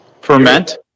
Ferment